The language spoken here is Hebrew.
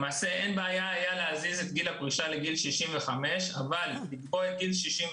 למעשה לא הייתה בעיה להזיז את גיל הפרישה לגיל 65 או לגיל 64